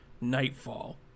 nightfall